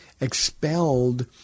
expelled